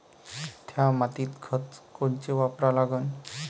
थ्या मातीत खतं कोनचे वापरा लागन?